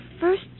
first